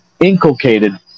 inculcated